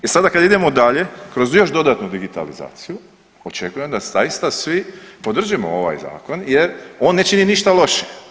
I sada kada idemo dalje, kroz još dodatnu digitalizaciju očekujem da zaista svi podržimo ovaj zakon jer on ne čini ništa loše.